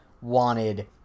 wanted